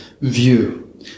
view